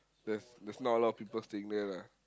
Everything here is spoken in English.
there's there's not a lot of people staying there lah